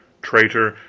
traitor,